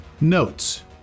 Notes